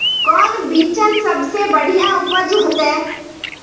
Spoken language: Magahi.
कौन बिचन सबसे बढ़िया उपज होते?